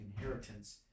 inheritance